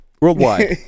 Worldwide